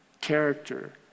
character